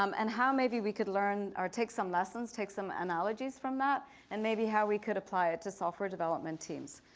um and how maybe we could learn or take some lessons, take some analogies from that and maybe how we could apply it to software development teams.